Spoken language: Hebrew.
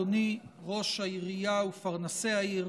אדוני ראש העירייה ופרנסי העיר,